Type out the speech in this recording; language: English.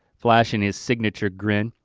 flashing his signature grin,